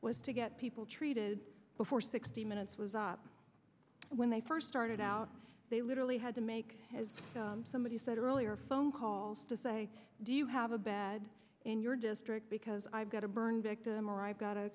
was to get people treated before sixty minutes was up when they first started out they literally had to make as somebody said earlier phone calls to say do you have a bad in your district because i've got a burn victim or i've got a